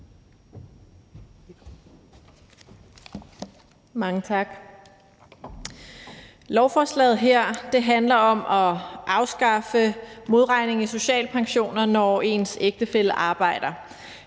Mange tak. Lovforslaget her handler om at afskaffe modregning i sociale pensioner, når ens ægtefælle arbejder.